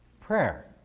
prayer